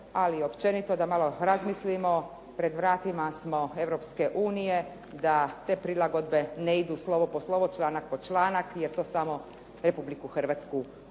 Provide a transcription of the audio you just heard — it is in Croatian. ali općenito, da malo razmislimo, pred vratima smo Europske unije, da te prilagodbe ne idu slovo po slovo članak po članak jer to samo Republiku Hrvatsku